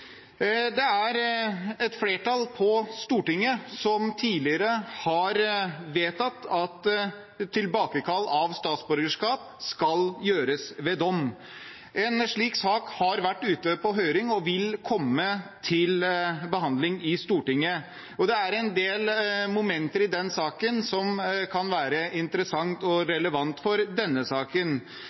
Et flertall på Stortinget har tidligere vedtatt at tilbakekall av statsborgerskap skal gjøres ved dom. En slik sak har vært ute på høring og vil komme til behandling i Stortinget. Det er en del momenter i den saken som kan være interessante og relevante for denne saken.